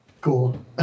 cool